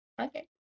okay